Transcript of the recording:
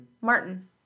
Martin